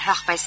হ্ৰাস পাইছে